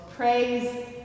Praise